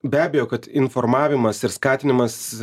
be abejo kad informavimas ir skatinimas